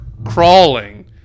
Crawling